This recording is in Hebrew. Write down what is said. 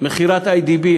מכירת "איי.די.בי",